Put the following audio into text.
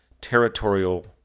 territorial